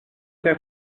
peut